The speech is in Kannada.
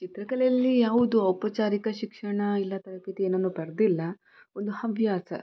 ಚಿತ್ರಕಲೆಯಲ್ಲಿ ಯಾವುದೂ ಔಪಚಾರಿಕ ಶಿಕ್ಷಣ ಇಲ್ಲ ತರಬೇತಿ ಏನನ್ನೂ ಪಡೆದಿಲ್ಲ ಒಂದು ಹವ್ಯಾಸ